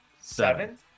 Seven